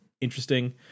interesting